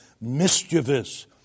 mischievous